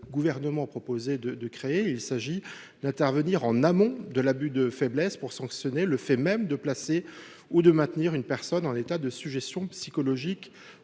Gouvernement propose de créer permet d’intervenir en amont de l’abus de faiblesse pour sanctionner le fait même de placer ou de maintenir une personne en état de sujétion psychologique ou